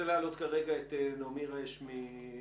כך נכנסה עוד קבוצה של אנשי מילואים